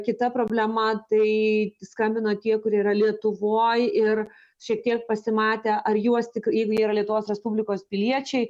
kita problema tai skambino tie kurie yra lietuvoj ir šiek tiek pasimatę ar juos tik jeigu jie yra lietuvos respublikos piliečiai